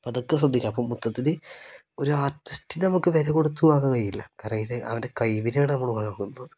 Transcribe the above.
അപ്പോൾ അതൊക്കെ ശ്രദ്ധിക്കുക അപ്പോൾ മൊത്തത്തിൽ ഒരു ആർട്ടിസ്റ്റിനെ നമുക്ക് വില കൊടുത്തു വാങ്ങാൻ കഴിയില്ല കാര്യം അതിന് അവൻ്റെ കഴിവിനെ ആണ് നമ്മൾ വാങ്ങുന്നത്